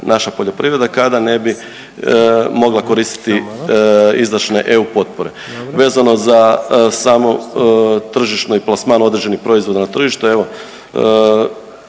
naša poljoprivreda kada ne bi mogla koristiti izdašne EU potpore. Vezano za samu tržišni plasman određenih proizvoda na tržištu evo